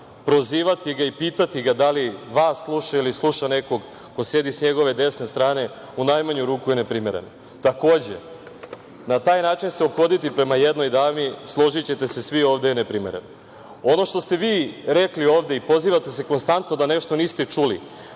prozivati ga i pitati ga da li vas sluša ili sluša nekog ko sedi s njegove desne strane, u najmanju ruku je neprimereno. Takođe, na taj način se ophoditi prema jednoj dami, složićete se svi ovde, je neprimereno. Ono što ste vi rekli ovde i pozivate se konstantno da nešto niste čuli,